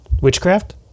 Witchcraft